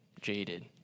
jaded